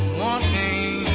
wanting